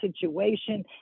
situation